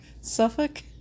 suffolk